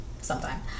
sometime